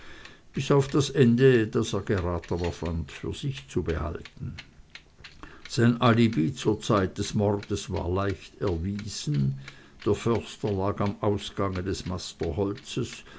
bis auf das ende das er geratener fand für sich zu behalten sein alibi zur zeit des mordes war leicht erwiesen der förster lag am ausgange des